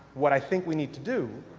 what i think we need to do,